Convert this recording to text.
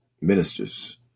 ministers